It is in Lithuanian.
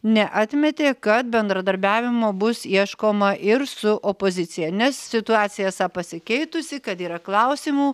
neatmetė kad bendradarbiavimo bus ieškoma ir su opozicija nes situacija esą pasikeitusi kad yra klausimų